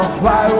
fly